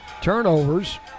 turnovers